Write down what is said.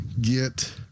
get